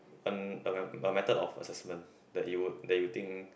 an~ a method of assessment that you would that you think